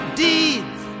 deeds